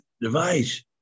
device